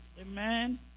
Amen